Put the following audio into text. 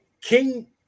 King